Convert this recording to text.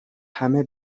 همه